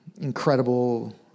incredible